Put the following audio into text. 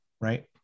Right